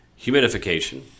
humidification